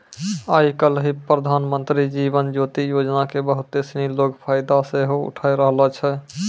आइ काल्हि प्रधानमन्त्री जीवन ज्योति योजना के बहुते सिनी लोक फायदा सेहो उठाय रहलो छै